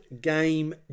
game